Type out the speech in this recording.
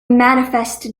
manifest